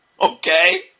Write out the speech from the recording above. Okay